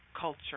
culture